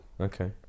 Okay